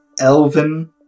elven